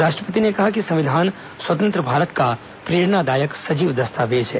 राष्ट्रपति ने कहा कि संविधान स्वतंत्र भारत का प्रेरणादायक सजीव दस्तावेज है